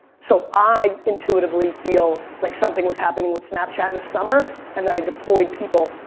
so i intuitively feel like something was happening with snapchat in the summer and then i deployed people,